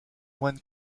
moines